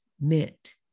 meant